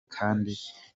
kandi